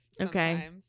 Okay